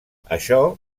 això